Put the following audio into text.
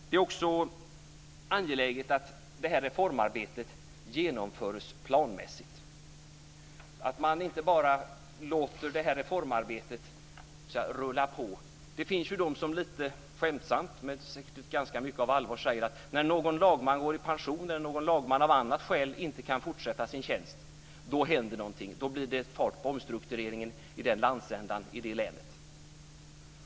Det är också angeläget att reformarbetet genomförs planmässigt, att man inte bara låter reformarbetet rulla på. Det finns de som lite skämtsamt, men säkert med ganska mycket allvar, säger att när någon lagman går i pension eller när någon lagman av annat skäl inte kan fortsätta sin tjänst händer det någonting; då blir det fart på omstruktureringen i den landsändan och det länet.